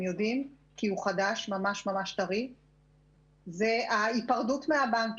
מכירים כי הוא חדש זה ההפרדות מהבנקים.